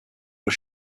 was